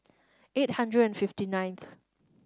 eight hundred and fifty ninth